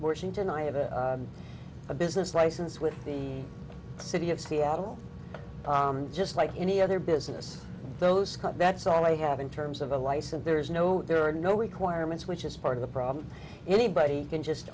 washington i have a business license with the city of seattle just like any other business those cut that's all they have in terms of a license there's no there are no requirements which is part of the problem anybody can just